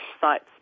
sites